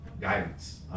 guidance